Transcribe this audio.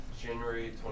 January